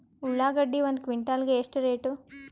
ಉಳ್ಳಾಗಡ್ಡಿ ಒಂದು ಕ್ವಿಂಟಾಲ್ ಗೆ ಎಷ್ಟು ರೇಟು?